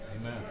Amen